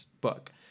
book